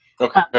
Okay